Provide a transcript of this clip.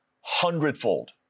hundredfold